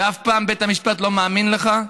ואף פעם בית המשפט לא מאמין לך,